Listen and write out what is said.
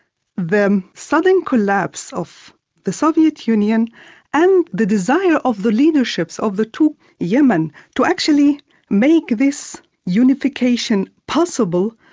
then sudden collapse of the soviet union and the desire of the leaderships of the two yemen's to actually make this unification possible,